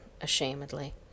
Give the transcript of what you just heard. ashamedly